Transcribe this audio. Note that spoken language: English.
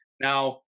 Now